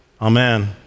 Amen